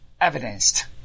evidenced